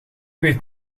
weet